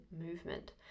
movement